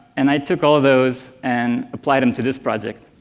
and i took all those and applied them to this project,